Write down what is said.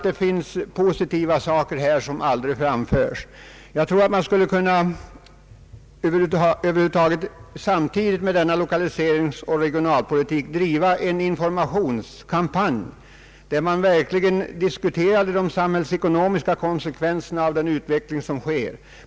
Det finns säkert positiva saker, som aldrig kommer fram. Man skulle nog, samtidigt med denna lokaliseringsoch regionalpolitik, kunna driva en informationskampanj, där man verkligen diskuterade de samhällsekonomiska konsekvenserna av den utveckling som äger rum.